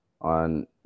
on